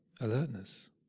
alertness